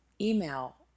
email